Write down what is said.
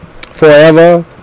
forever